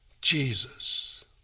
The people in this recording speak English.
Jesus